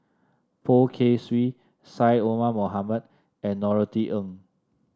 Poh Kay Swee Syed Omar Mohamed and Norothy Ng